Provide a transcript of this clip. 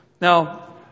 Now